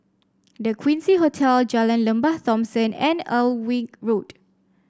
The Quincy Hotel Jalan Lembah Thomson and Alnwick Road